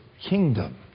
kingdom